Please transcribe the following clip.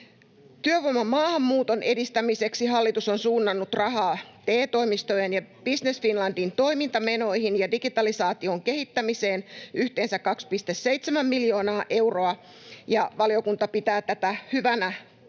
Työvoiman maahanmuuton edistämiseksi hallitus on suunnannut rahaa TE-toimistojen ja Business Finlandin toimintamenoihin ja digitalisaation kehittämiseen yhteensä 2,7 miljoonaa euroa, ja valiokunta pitää tätä hyvänä